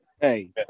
Hey